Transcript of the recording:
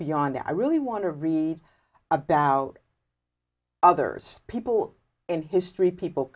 beyond that i really want to read about others people in history people